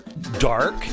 dark